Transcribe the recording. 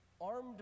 armed